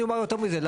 אני אומר יותר מזה,